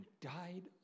died